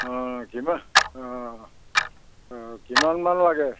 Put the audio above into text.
অঁ কিমান অঁ কিমানমান লাগে